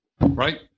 Right